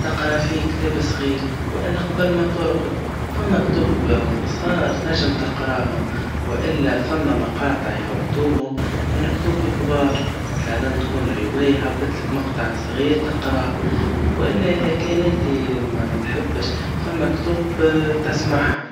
تقرا فيه كتاب صغير, وإلا قبل ما ترقد, فما كتب قصار تنجم تقراهم, وإلا فما مقاطع يهبطوهم, من كتب كبار, مثلاً تكون الرواية هبت لك مقطع صغير تقراه, وإلا إذا كان انت ما متحبش, فما كتب تسمعهم.